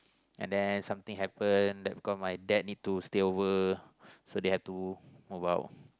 and then something happens that cause my dad into silver so they have to mobile